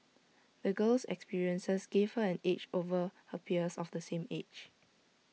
the girl's experiences gave her an edge over her peers of the same age